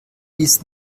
liest